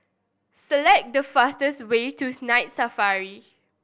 select the fastest way to Night Safari